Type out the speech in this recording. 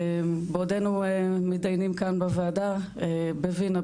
בעודנו מדיינים כאן בוועדה בווינה,